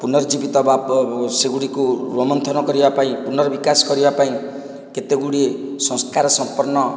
ପୁନର୍ଜୀବିତ ବା ସେଗୁଡ଼ିକୁ ରୋମନ୍ଥନ କରିବା ପାଇଁ ପୁନର୍ବିକାଶ କରିବାପାଇଁ କେତେଗୁଡ଼ିଏ ସଂସ୍କାର ସମ୍ପର୍ଣ୍ଣ